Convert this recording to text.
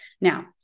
Now